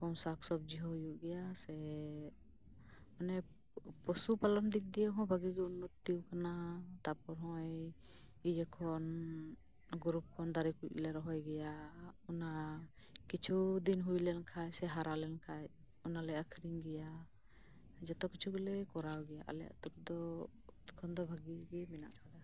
ᱥᱟᱠ ᱥᱚᱵᱽᱡᱤ ᱦᱚᱸ ᱦᱳᱭᱳᱜ ᱜᱮᱭᱟ ᱥᱮ ᱚᱱᱮ ᱯᱚᱥᱩ ᱯᱟᱞᱚᱱ ᱫᱤᱠ ᱫᱤᱭᱮᱦᱚᱸ ᱵᱷᱟᱜᱮᱜᱮ ᱩᱱᱱᱚᱛᱤ ᱟᱠᱟᱱᱟ ᱛᱟᱯᱚᱨ ᱱᱚᱜ ᱚᱭ ᱤᱭᱟᱹᱠᱷᱚᱱ ᱜᱨᱩᱯ ᱠᱷᱚᱱ ᱫᱟᱨᱮᱹ ᱠᱚᱞᱮ ᱨᱚᱦᱚᱭ ᱜᱮᱭᱟ ᱚᱱᱟ ᱠᱤᱪᱷᱩᱫᱤᱱ ᱦᱳᱭ ᱞᱮᱱᱠᱷᱟᱱ ᱥᱮ ᱦᱟᱨᱟ ᱞᱮᱱᱠᱷᱟᱱ ᱚᱱᱟᱞᱮ ᱟᱹᱠᱷᱨᱤᱧ ᱜᱮᱭᱟ ᱡᱷᱚᱛᱚ ᱠᱤᱪᱷᱩᱜᱮᱞᱮ ᱠᱚᱨᱟᱣ ᱜᱮᱭᱟ ᱟᱞᱮ ᱟᱛᱳ ᱨᱮᱫᱚ ᱮᱠᱷᱚᱱ ᱫᱚ ᱵᱷᱟᱜᱮ ᱜᱮ ᱢᱮᱱᱟᱜᱼᱟ